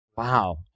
Wow